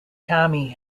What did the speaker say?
kami